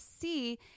see